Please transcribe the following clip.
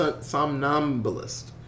Somnambulist